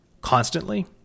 constantly